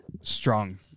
strong